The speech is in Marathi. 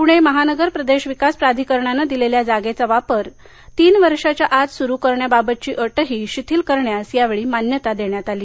पूणे महानगर प्रदेश विकास प्राधिकरणाने दिलेल्या जागेचा वापर तीन वर्षाच्या आत स्रु करण्याबाबतची अटही शिथिल करण्यासही यावेळी मान्यता देण्यात आली